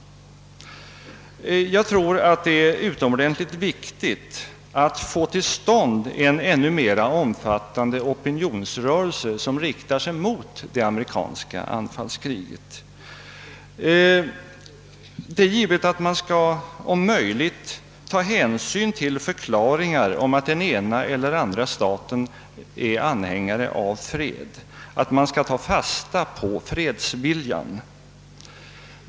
Jag tror att det är utomordentligt viktigt att få till stånd en ännu mera omfattande opinionsrörelse, som riktar sig mot det amerikanska anfallskriget. Det är givet att man om möjligt skall ta hänsyn till förklaringar om att den ena eller andra staten är anhängare av fred, att man skall ta fasta på fredsviljan.